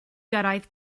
gyrraedd